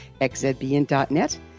xzbn.net